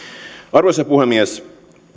arvoisa puhemies